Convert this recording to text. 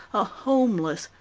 a homeless,